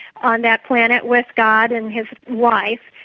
on that planet with god and his wife,